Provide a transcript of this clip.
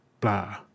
blah